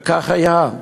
וכך היה: